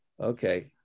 Okay